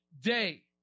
day